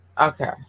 Okay